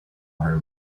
her